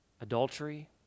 adultery